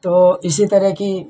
तो इसी तरह की